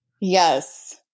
Yes